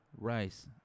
Rice